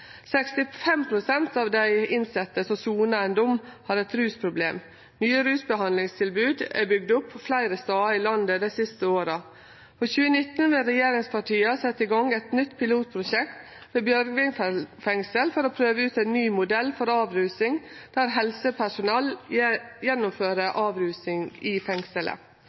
av dei innsette som sonar ein dom, har eit rusproblem. Nye rusbehandlingstilbod er bygde opp fleire stader i landet dei siste åra. For 2019 vil regjeringspartia setje i gang eit nytt pilotprosjekt ved Bjørgvin fengsel for å prøve ut ein ny modell for avrusing der helsepersonell gjennomfører avrusing i fengselet.